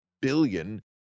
billion